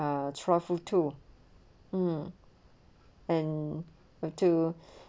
ah travel too mm and were too